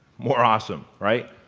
more awesome, right?